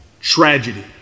tragedy